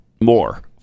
more